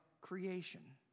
creation